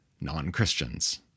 non-Christians